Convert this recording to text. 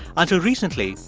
until recently,